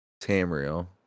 Tamriel